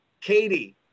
Katie